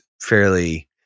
fairly